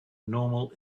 normal